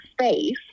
space